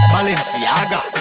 Balenciaga